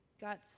got